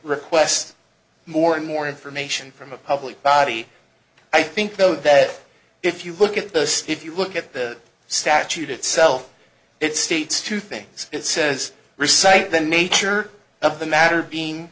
request more and more information from a public body i think though that if you look at those if you look at the statute itself it states two things it says recite the nature of the matter being